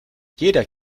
jeder